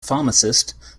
pharmacist